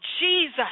Jesus